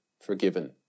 forgiven